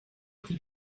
prit